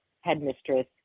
headmistress